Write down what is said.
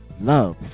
love